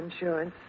insurance